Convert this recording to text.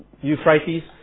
Euphrates